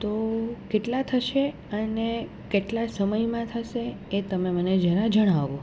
તો કેટલાં થશે અને કેટલાં સમયમાં થશે એ તમે મને જરાં જણાવો